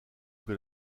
que